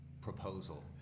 proposal